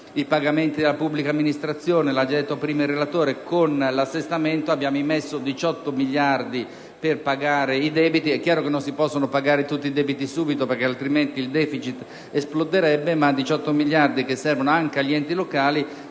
ai pagamenti della pubblica amministrazione, lo ha già fatto presente il relatore, con l'assestamento abbiamo immesso 18 miliardi di euro per pagare i debiti. È chiaro che non si possono pagare tutti i debiti subito, perché altrimenti il deficit esploderebbe, ma una somma di tale entità, che serve anche agli enti locali,